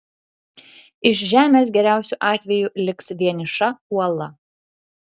iš žemės geriausiu atveju liks vieniša uola